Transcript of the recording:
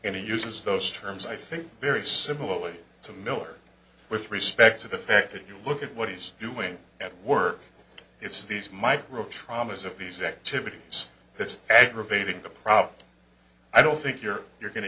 and he uses those terms i think very similarly to miller with respect to the fact that you look at what he's doing at work it's these micro traumas of these activities that's aggravating the problem i don't think you're you're go